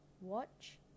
watch